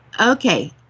Okay